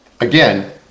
again